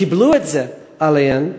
וקיבלו את זה עליהן,